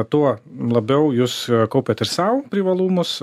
tuo labiau jūs kaupiat ir sau privalumus